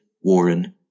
Warren